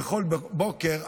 בכל בוקר,